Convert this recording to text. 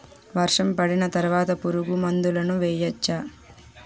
వర్షం పడిన తర్వాత పురుగు మందులను వేయచ్చా?